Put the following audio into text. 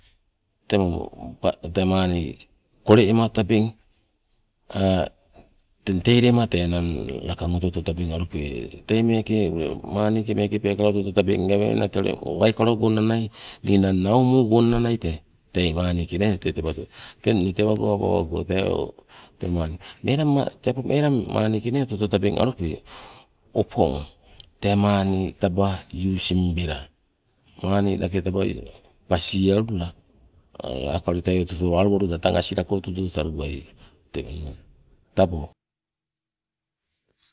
Temo tee maani kole ema tabeng teng tei lema tee lakang oto oto tabeng alupe, tei meeke ule maani ke meeke oto oto tabeng gaweaingna tee ule waikalogo gonna ninang nau muu gonna nai tee, tei maani ke nee tee tewato. Teng inne tewago awa owago tee melang maani taba using bela, maani lake taba pasielula laka ule tei aluwaloda tang asilako tudo taluai. Tegonai tabo.